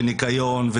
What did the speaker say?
ניקיון,